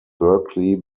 berkeley